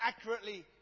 accurately